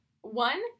one